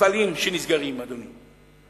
כמו מפעלים שנסגרים, אדוני.